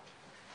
לפרוטוקול.